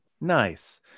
Nice